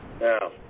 Now